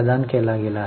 प्रदान केली गेली